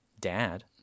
dad